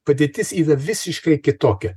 padėtis yra visiškai kitokia